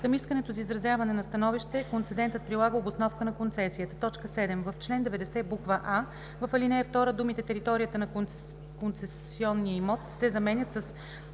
Към искането за изразяване на становище концедентът прилага обосновката на концесията.“ 7. В чл. 90: а) в ал. 2 думите „територията на концесионния имот“ се заменят с